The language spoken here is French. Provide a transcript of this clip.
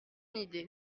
idée